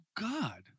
God